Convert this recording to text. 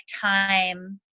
time